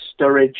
Sturridge